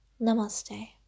Namaste